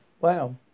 wow